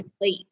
late